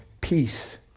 Peace